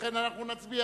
לכן אנחנו נצביע.